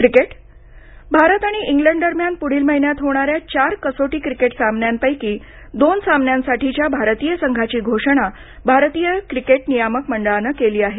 cricket Bharat आणि England दरम्यान पुढील महिन्यात होणाऱ्या चार कसोटी क्रिकेट सामन्यांपैकी दोन सामन्यांसाठीच्या भारतीय संघाची घोषणा भारतीय क्रिकेट नियामक मंडळानं केली आहे